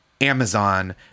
Amazon